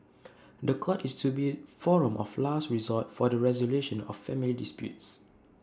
The Court is to be forum of last resort for the resolution of family disputes